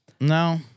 No